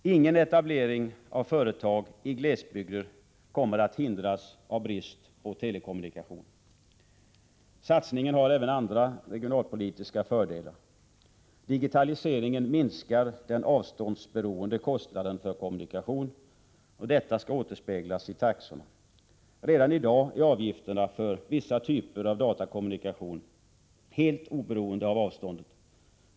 Ingen etablering av företag i glesbygder kommer att hindras av brist på telekommunikation. Satsningen har även andra regionalpolitiska fördelar. Digitaliseringen minskar den avståndsberoende kostnaden för kommunikationen. Detta skall återspeglas i taxorna. Redan i dag är avgifterna för vissa typer av datakommunikation helt oberoende av avståndet.